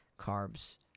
carbs